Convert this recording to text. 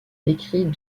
écrit